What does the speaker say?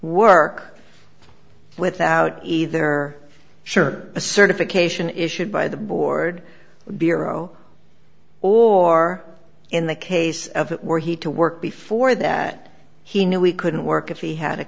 work without either share a certification issued by the board biro or in the case of it were he to work before that he knew he couldn't work if he had a